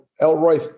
Elroy